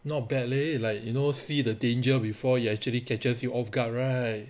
not bad leh like you know see the danger before you actually catches you off guard right